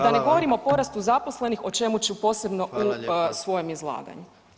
Da ne govorim o porastu zaposlenih o čemu ću posebno u svojem izlaganju.